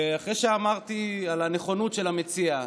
ואחרי שאמרתי על הנכונות של המציע,